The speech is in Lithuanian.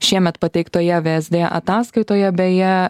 šiemet pateiktoje vsd ataskaitoje beje